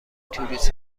توریست